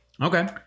Okay